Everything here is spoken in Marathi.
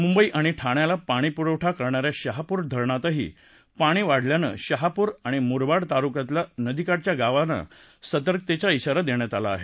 मुंबई आणि डाण्याला पाणीपुरवठा करणा या शहापूर धरणातही पाणी वाढल्यानं शहापूर आणि मुरबाड तालुक्यातल्या नदीकाठच्या गावांना सावधगिरीचा शााा दिला आहे